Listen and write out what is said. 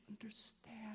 understand